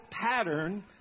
pattern